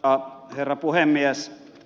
arvoisa herra puhemies